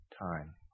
time